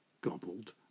gobbled